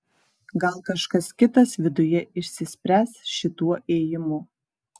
gal kažkas kitas viduje išsispręs šituo ėjimu